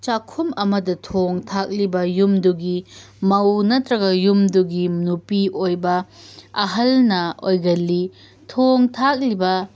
ꯆꯥꯛꯈꯨꯝ ꯑꯃꯗ ꯊꯣꯡ ꯊꯥꯛꯂꯤꯕ ꯌꯨꯝꯗꯨꯒꯤ ꯃꯧ ꯅꯠꯇ꯭ꯔꯒ ꯌꯨꯝꯗꯨꯒꯤ ꯅꯨꯄꯤ ꯑꯣꯏꯕ ꯑꯍꯜꯅ ꯑꯣꯏꯒꯜꯂꯤ ꯊꯣꯡ ꯊꯥꯛꯂꯤꯕ